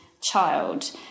child